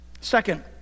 Second